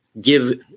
give